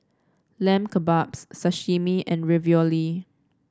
Lamb Kebabs Sashimi and Ravioli